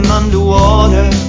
underwater